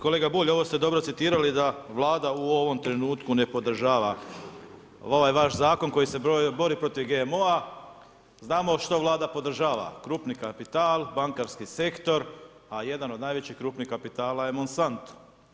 Kolega Bulj, ovo ste dobro citirali, da Vlada u ovom trenutku ne podržava ovaj vaš zakon koji se bori protiv GMO, znamo što vlada podržava, grupni kapital, bankarski sektor, a jedan od najvećih krupnih kapitala je Monsantno.